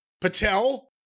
Patel